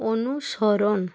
অনুসরণ